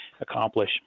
accomplish